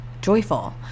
joyful